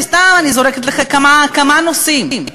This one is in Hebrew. אני סתם זורקת לכם כמה נושאים,